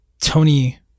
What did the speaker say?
Tony